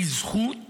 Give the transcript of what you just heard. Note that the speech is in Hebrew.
היא זכות